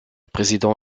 président